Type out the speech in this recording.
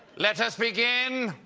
let us begin!